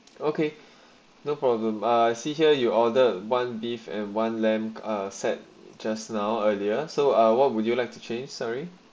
okay no problem I see here you order one beef and one lamp ah set just now earlier so uh what would you like to change sorry